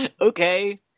Okay